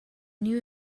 knew